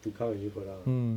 to come up with a new product ah